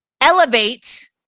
elevate